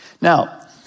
Now